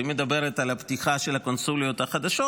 היא מדברת על הפתיחה של הקונסוליות החדשות.